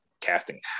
casting